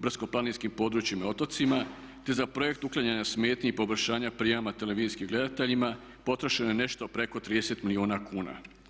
brdsko-planinskim područjima i otocima, te za projekt uklanjanja smetnji i poboljšanja prijama televizijskim gledateljima potrošeno je nešto preko 30 milijuna kuna.